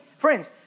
friends